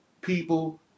people